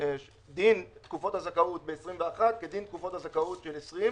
דין תקופות הזכאות ב-21' כדין תקופות הזכאות של 20'